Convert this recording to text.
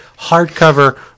hardcover